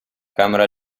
camera